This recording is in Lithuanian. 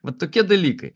va tokie dalykai